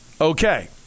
Okay